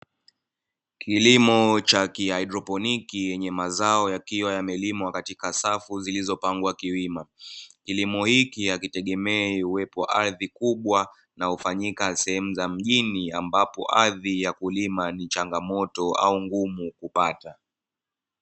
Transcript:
Kilimo cha kihadroponiki, yenye mazao yakiwa yamelimwa katika safu zilizopangwa kiwima. Kilimo hiki hakitegemei uwepo wa ardhi kubwa unaofanyika sehemu za mjini, ambapo ardhi ya kulima ni changamoto au ngumu kupata.